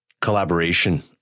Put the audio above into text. collaboration